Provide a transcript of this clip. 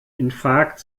infarkt